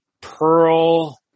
Pearl